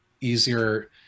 easier